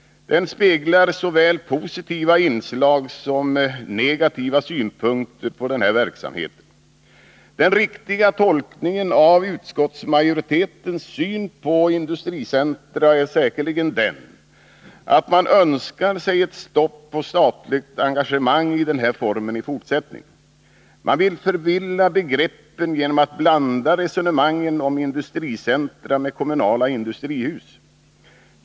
Den speglar såväl positiva inslag som negativa synpunkter på den här verksamheten. Den riktiga tolkningen av utskottsmajoritetens syn på industricentra är säkerligen den, att man önskar sig ett stopp för statligt engagemang i den här formen i fortsättningen. Man vill förvilla begreppen genom att blanda resonemangen om industricentra och om kommunala industrihus.